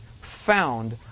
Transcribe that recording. found